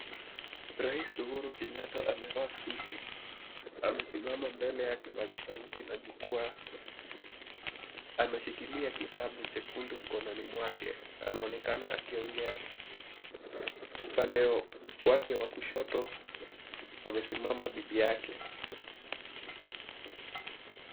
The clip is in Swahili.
Rais Uhuru Kenyatta amevaa suti. Amesimama mbele ya kipaza sauti la jukuaa. Ameshikilia kitabu chekundu mkononi mwake. Anaonekana akiongea. Upande wake wa kushoto amesimama bibi yake.